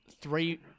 three